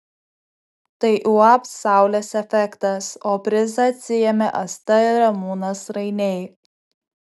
tai uab saulės efektas o prizą atsiėmė asta ir ramūnas rainiai